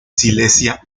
silesia